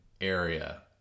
area